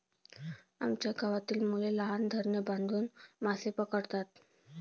आमच्या गावातील मुले लहान धरणे बांधून मासे पकडतात